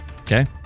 okay